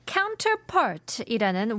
Counterpart이라는